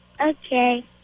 Okay